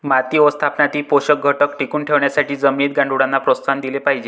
माती व्यवस्थापनातील पोषक घटक टिकवून ठेवण्यासाठी जमिनीत गांडुळांना प्रोत्साहन दिले पाहिजे